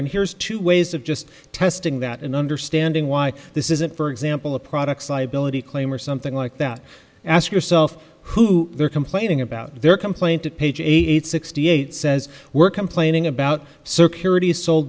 and here's two ways of just testing that and understanding why this isn't for example the products liability claim or something like that ask yourself who they're complaining about their complaint to page eight sixty eight says we're complaining about circularity